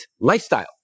lifestyle